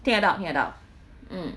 听得到听得到 mm